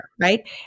Right